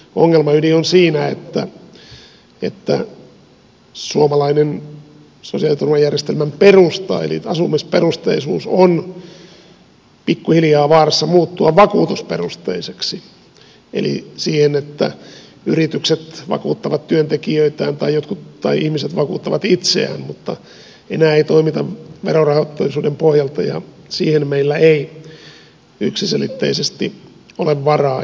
ongelman ydin on siinä että suomalainen sosiaaliturvajärjestelmän perusta eli asumisperusteisuus on pikkuhiljaa vaarassa muuttua vakuutusperusteiseksi eli siten että yritykset vakuuttavat työntekijöitään tai ihmiset vakuuttavat itseään mutta enää ei toimita verorahoitteisuuden pohjalta ja siihen meillä ei yksiselitteisesti ole varaa